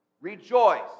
Rejoice